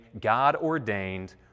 God-ordained